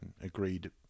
agreed